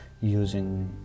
using